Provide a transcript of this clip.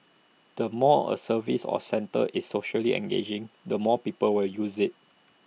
the more A service or centre is socially engaging the more people will use IT